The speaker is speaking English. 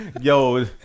yo